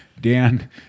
Dan